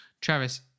Travis